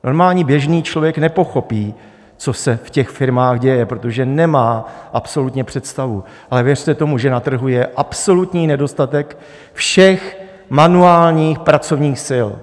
Normální běžný člověk nepochopí, co se ve firmách děje, protože nemá absolutně představu, ale věřte tomu, že na trhu je absolutní nedostatek všech manuálních pracovních sil.